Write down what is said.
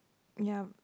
ya